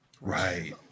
Right